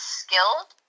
skilled